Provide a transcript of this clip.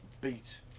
beat